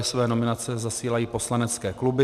Své nominace zasílají poslanecké kluby.